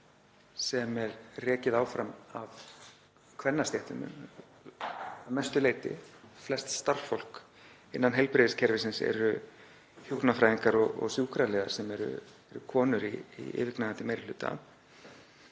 sem er rekið áfram af kvennastéttum að mestu leyti. Flest starfsfólk innan heilbrigðiskerfisins er hjúkrunarfræðingar og sjúkraliðar, þar sem konur eru í yfirgnæfandi meiri hluta.